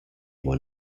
when